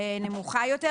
נמוכה יותר.